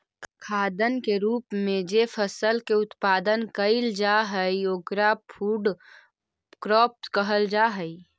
खाद्यान्न के रूप में जे फसल के उत्पादन कैइल जा हई ओकरा फूड क्रॉप्स कहल जा हई